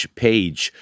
page